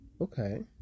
Okay